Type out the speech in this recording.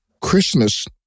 Christmas